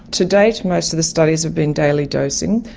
to date most of the studies have been daily dosing,